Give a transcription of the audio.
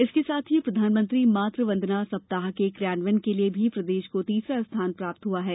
इसके साथ ही प्रधानमंत्री मातृ वंदना सप्ताह के क्रियान्वयन के लिये भी प्रदेश को तीसरा स्थान प्राप्त हुआ है